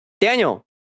Daniel